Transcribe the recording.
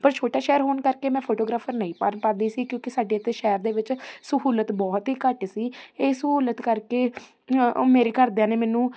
ਪਰ ਛੋਟਾ ਸ਼ਹਿਰ ਹੋਣ ਕਰਕੇ ਮੈਂ ਫੋਟੋਗ੍ਰਾਫਰ ਨਹੀਂ ਬਣ ਪਾਉਂਦੀ ਸੀ ਕਿਉਂਕਿ ਸਾਡੀ ਇੱਥੇ ਸ਼ਹਿਰ ਦੇ ਵਿੱਚ ਸਹੂਲਤ ਬਹੁਤ ਹੀ ਘੱਟ ਸੀ ਇਹ ਸਹੂਲਤ ਕਰਕੇ ਉਹ ਮੇਰੇ ਘਰਦਿਆਂ ਨੇ ਮੈਨੂੰ